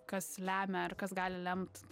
kas lemia ar kas gali lemt